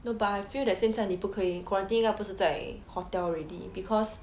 no but I feel that 现在你不可以 quarantine 应该不是在 hotel already because